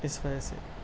اِس وجہ سے